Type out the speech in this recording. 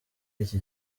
iki